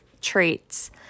traits